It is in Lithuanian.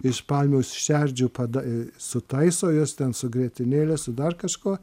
iš palmių šerdžių pada sutaiso jas ten su grietinėle su dar kažkuo